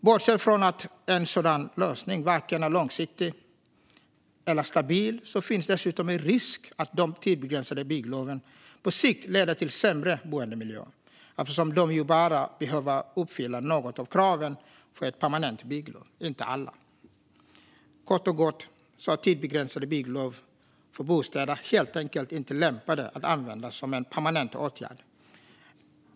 Bortsett från att en sådan lösning varken är långsiktig eller stabil finns dessutom en risk för att de tidsbegränsade byggloven på sikt leder till sämre boendemiljöer eftersom de ju bara behöver uppfylla något av kraven för ett permanent bygglov, inte alla. Kort och gott är tidsbegränsade bygglov för bostäder helt enkelt inte lämpade att användas som en permanent åtgärd.